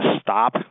stop